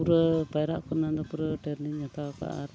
ᱯᱩᱨᱟᱹ ᱯᱟᱭᱨᱟᱜ ᱠᱚᱨᱮᱱᱟᱜ ᱫᱚ ᱯᱩᱨᱟᱹ ᱴᱨᱮᱱᱤᱝᱤᱧ ᱦᱟᱛᱟᱣ ᱠᱟᱜᱼᱟ ᱟᱨ